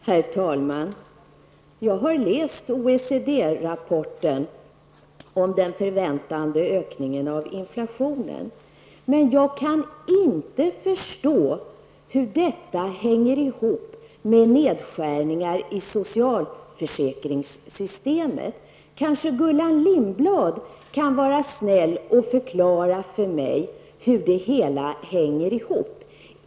Herr talman! Jag har läst OECD-rapporten om den förväntade ökningen av inflationen. Men jag kan inte förstå hur detta hänger ihop med nedskärningar i socialförsäkringssystemet. Kanske Gullan Lindblad kan vara snäll och förklara för mig hur det hela hänger ihop.